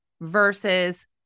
versus